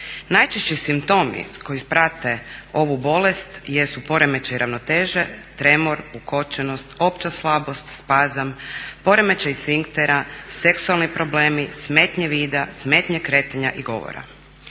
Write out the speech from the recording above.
Najčešći simptomi koji prate ovu bolest jesu poremećaj ravnoteže, tremor, ukočenost, opća slabost, spazam, poremećaj sfinktera, seksualni problemi, smetnje vida, smetnje kretanja i govora.